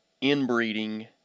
Inbreeding